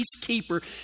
peacekeeper